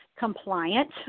compliant